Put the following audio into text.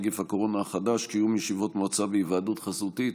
נגיף הקורונה החדש) (קיום ישיבת מועצה בהיוועדות חזותית),